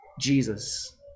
Jesus